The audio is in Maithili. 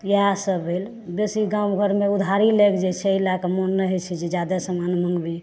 इएह सब भेल बेसी गाम घरमे उधारी लागि जाइत छै तहि लए कऽ मोन नहि हय छै जे जादा समान मँगबी